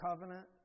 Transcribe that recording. covenant